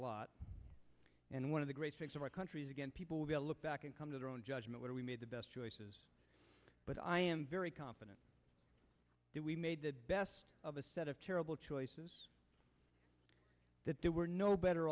lot and one of the great strengths of our country is again people will look back and come to their own judgment where we made the best choices but i am very confident that we made the best of a set of terrible choices that there were no better